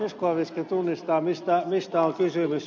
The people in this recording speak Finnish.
zyskowiczkin tunnistaa mistä on kysymys